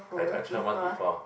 I I tried once before